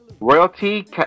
Royalty